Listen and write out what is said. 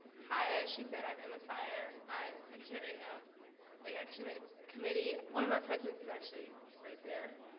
high as she said, i'm emma sire, i'm the secretary of like action but committee. one of our presidents is actually right there